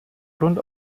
grund